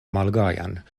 malgajan